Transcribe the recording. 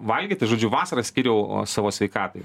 valgyti žodžiu vasarą skyriau savo sveikatai